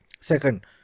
second